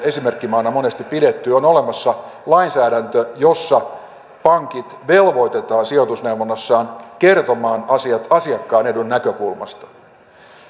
esimerkkimaana monesti pidetty on olemassa lainsäädäntö jossa pankit velvoitetaan sijoitusneuvonnassaan kertomaan asiat asiakkaan edun näkökulmasta